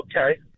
Okay